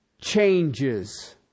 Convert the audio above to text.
changes